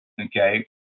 okay